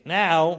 now